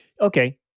Okay